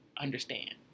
understand